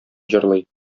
җырлый